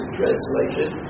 translation